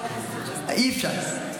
אי-אפשר.